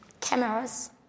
cameras